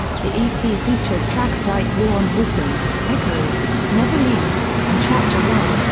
the ep features tracks like war and wisdom, echoes, never leave and chapter one,